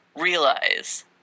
realize